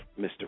Mr